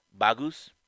Bagus